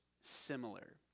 similar